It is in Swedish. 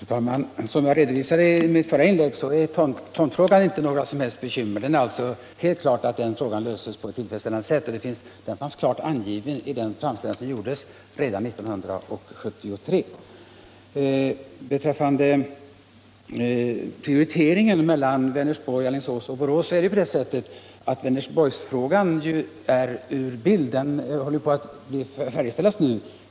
Fru talman! Som jag redovisade i mitt förra inlägg är tomtfrågan inte något bekymmer. Det är helt klart att den frågan kan lösas på ett tillfredsställande sätt, och det fanns klart angivet i den framställan som gjordes redan 1973. Beträffande prioriteringen mellan Vänersborg, Alingsås och Borås så är ju Vänersborgsskolan ur bilden. Den håller på att färdigställas.